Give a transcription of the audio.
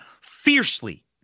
fiercely